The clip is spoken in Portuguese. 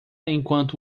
enquanto